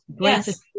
Yes